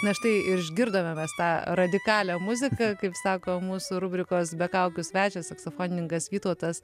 na štai išgirdome mes tą radikalią muziką kaip sako mūsų rubrikos be kaukių svečias saksofonininkas vytautas